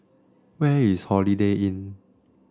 where is Holiday Inn